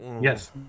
Yes